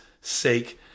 sake